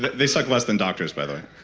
they suck less than doctors, by the way